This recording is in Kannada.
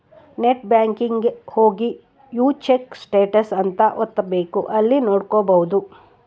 ನೆಟ್ ಬ್ಯಾಂಕಿಂಗ್ ಹೋಗಿ ವ್ಯೂ ಚೆಕ್ ಸ್ಟೇಟಸ್ ಅಂತ ಒತ್ತಬೆಕ್ ಅಲ್ಲಿ ನೋಡ್ಕೊಬಹುದು